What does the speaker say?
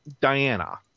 Diana